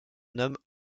nomment